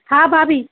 हा भाभी